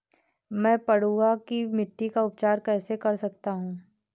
मैं पडुआ की मिट्टी का उपचार कैसे कर सकता हूँ?